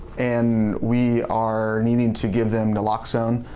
and we are needing to give them naloxone,